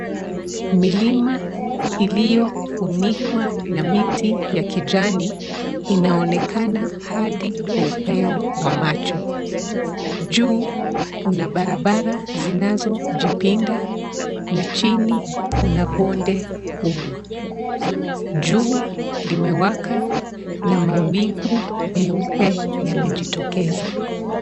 Milima iliyofunikwa na miti ya kijani inaonekana hadi kwa upeo wa macho. Juu kuna barabara zinazojipinda na chini kuna bonde kubwa. Jua limewaka na mawingu meupe yamejitokeza.